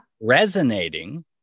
resonating